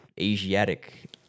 Asiatic